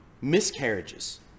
miscarriages